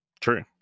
True